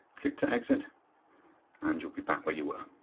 click to exit and you will be back where you were.